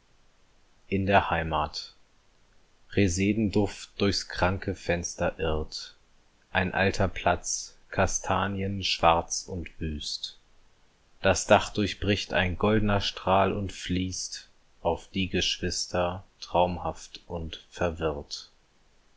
in der heimat resedenduft durchs kranke fenster irrt ein alter platz kastanien schwarz und wüst das dach durchbricht ein goldener strahl und fließt auf die geschwister traumhaft und verwirrt